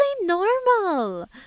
normal